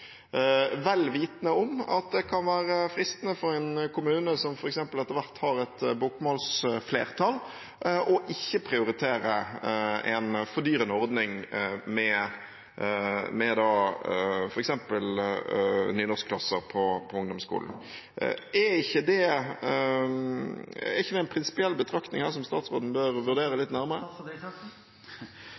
vel vitende om at det kan være fristende for en kommune som f.eks. etter hvert har et bokmålsflertall, ikke å prioritere en fordyrende ordning med f.eks. nynorskklasser på ungdomsskolen. Er ikke det en prinsipiell betraktning som statsråden bør vurdere nærmere?